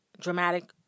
dramatic